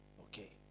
Okay